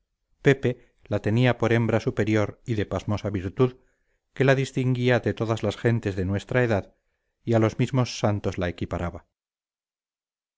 pepe la tenía por hembra superior y de pasmosa virtud que la distinguía de todas las gentes de nuestra edad y a los mismos santos la equiparaba